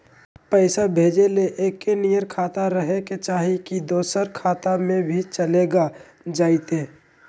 पैसा भेजे ले एके नियर खाता रहे के चाही की दोसर खाता में भी चलेगा जयते?